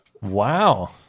Wow